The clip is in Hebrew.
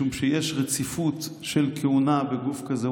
משום שיש רציפות של כהונה בגוף כזה.